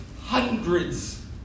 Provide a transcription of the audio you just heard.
hundreds